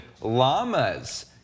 llamas